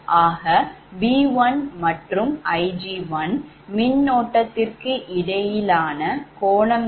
ஆக V1 மற்றும் Ig1 மின்னோட்டத்திற்கு இடையிலான கோணம் என்பது 14